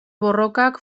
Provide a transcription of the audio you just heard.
borrokak